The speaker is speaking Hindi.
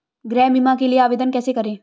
गृह बीमा के लिए आवेदन कैसे करें?